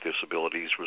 disabilities